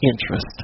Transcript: interest